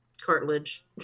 cartilage